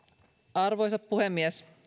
arvoisa puhemies